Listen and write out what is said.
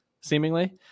seemingly